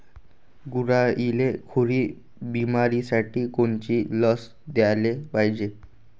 गुरांइले खुरी बिमारीसाठी कोनची लस द्याले पायजे?